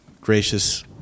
gracious